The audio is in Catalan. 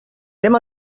anem